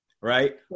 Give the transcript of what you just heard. right